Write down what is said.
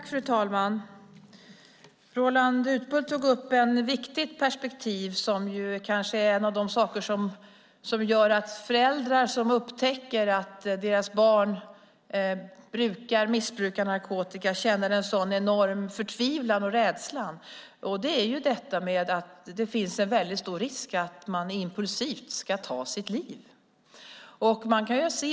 Fru talman! Roland Utbult tog upp ett viktigt perspektiv som kanske är en av de saker som gör att föräldrar som upptäcker att deras barn missbrukar narkotika känner en sådan enorm förtvivlan och rädsla. Det är att det finns en väldigt stor risk att barnet impulsivt ska ta sitt liv.